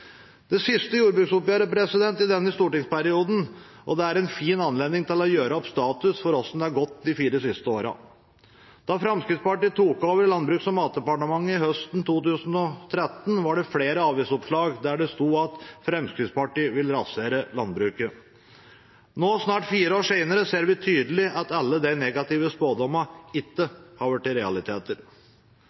det siste jordbruksoppgjøret i denne stortingsperioden og en fin anledning til å gjøre opp status for hvordan det har gått de fire siste årene. Da Fremskrittspartiet tok over Landbruks- og matdepartementet høsten 2013, var det flere avisoppslag der det sto at Fremskrittspartiet vil rasere landbruket. Nå, snart fire år senere, ser vi tydelig at alle de negative spådommene ikke har blitt realiteter.